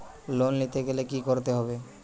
Loan নিতে গেলে কি করতে হবে?